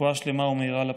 רפואה שלמה ומהירה לפצועים.